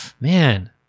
Man